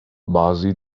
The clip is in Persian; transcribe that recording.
بعضی